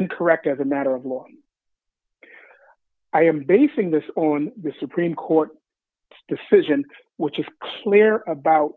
incorrect as a matter of law and i am basing this on the supreme court decision which is clear about